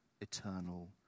eternal